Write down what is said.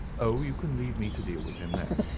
oh, you can leave me to deal with him then.